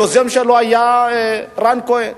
היוזם שלו היה רן כהן.